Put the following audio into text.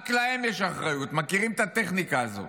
רק להם יש אחריות, מכירים את הטכניקה הזאת.